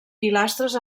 pilastres